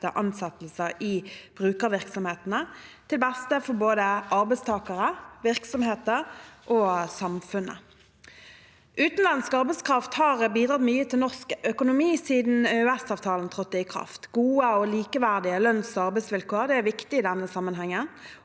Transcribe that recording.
ansettelser i brukervirksomhetene – til beste for både arbeidstakere, virksomheter og samfunnet. Utenlandsk arbeidskraft har bidratt mye til norsk økonomi siden EØS-avtalen trådte i kraft. Gode og likeverdige lønns- og arbeidsvilkår er viktig i denne sammenhengen